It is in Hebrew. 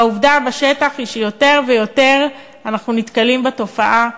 והעובדה בשטח היא שיותר ויותר אנחנו נתקלים בתופעה,